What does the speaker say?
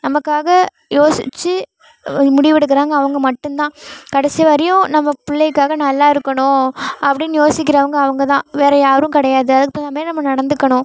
நமக்காக யோசித்து முடிவெடுக்கறவங்க அவங்க மட்டுந்தான் கடைசி வரையும் நம்ம பிள்ளைக்காக நல்லாயிருக்கணும் அப்படின்னு யோசிக்கறவங்க அவங்க தான் வேறு யாரும் கிடையாது அதுக்கு தகுந்த மாதிரி நம்ம நடந்துக்கணும்